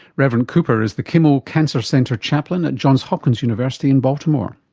reverend cooper is the kimmel cancer center chaplain at johns hopkins university in baltimore.